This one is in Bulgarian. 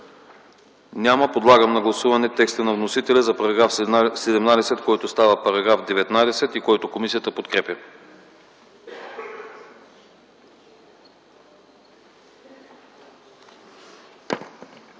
Няма. Подлагам на гласуване текста на вносителя за § 17, който става § 19 и който комисията подкрепя.